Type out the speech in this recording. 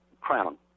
Crown